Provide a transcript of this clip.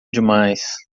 demais